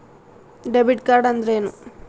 Debit card ಅಂದ್ರೇನು?